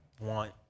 want